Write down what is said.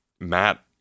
Matt